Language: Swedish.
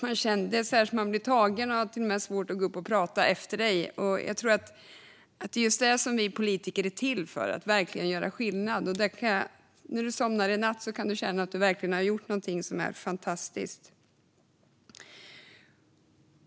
Jag blir tagen, och jag har till och med svårt att gå upp i talarstolen och prata efter dig. Det är det här vi politiker är till för - att verkligen göra skillnad. När du somnar i natt kan du känna att du verkligen har gjort något fantastiskt.